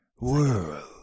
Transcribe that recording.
world